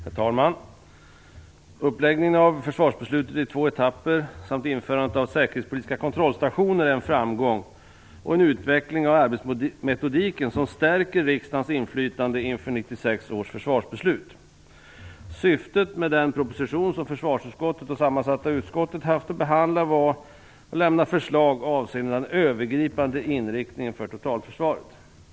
Herr talman! Uppläggningen av försvarsbeslutet i två etapper samt införandet av säkerhetspolitiska kontrollstationer är en framgång och en utveckling av arbetsmetodiken som stärker riksdagens inflytande inför 1996 års försvarsbeslut. Syftet med den proposition som försvarsutskottet och sammansatta utskottet haft att behandla var att lämna förslag avseende den övergripande inriktningen för totalförsvaret.